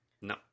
No